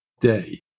day